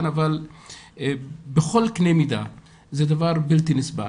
אבל בכל קנה מידה זה דבר בלתי נסבל,